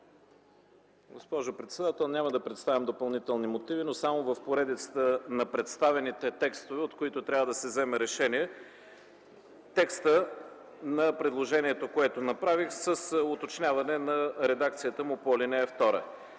Госпожо председател, няма да представям допълнителни мотиви, а само в поредицата на представените текстове, от които трябва да се вземе решение. Текстът на предложението, което направих, с уточняване на редакцията му по ал. 2: